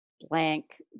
blank